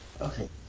Okay